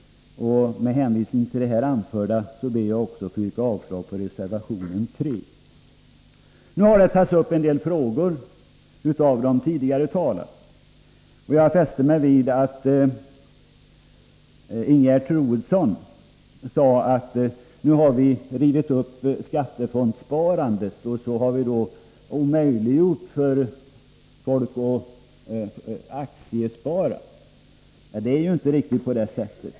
Med hänvisning till det anförda ber jag att få yrka avslag på reservation 3. Tidigare talare har tagit upp en del frågor. Jag fäster mig vid det Ingegerd Troedsson sade, att vi nu rivit upp skattefondssparandet och omöjliggjort för folk att spara i aktier. Det är inte riktigt på det sättet.